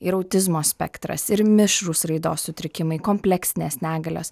ir autizmo spektras ir mišrūs raidos sutrikimai kompleksinės negalios